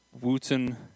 Wooten